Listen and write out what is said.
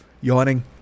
yawning